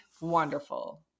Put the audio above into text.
wonderful